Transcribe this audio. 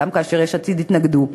גם כאשר יש עתיד התנגדו.